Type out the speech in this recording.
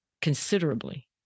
considerably